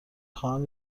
خواهم